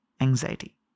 anxiety